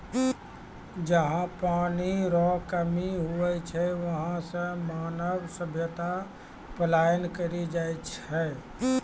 जहा पनी रो कमी हुवै छै वहां से मानव सभ्यता पलायन करी जाय छै